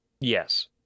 Yes